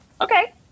Okay